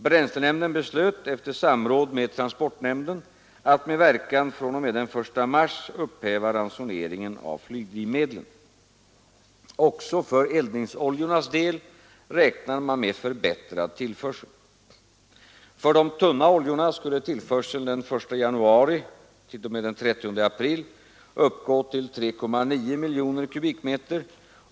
Bränslenämnden beslöt, efter samråd med transportnämnden, att med verkan fr.o.m. den 1 mars upphäva ransoneringen av flygdrivmedlen. Också för eldningsoljornas del räknar man med förbättrad tillförsel. För de tunna oljorna skulle tillförseln den 1 januari — den 30 april uppgå till 3,9 miljoner m?